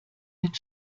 mit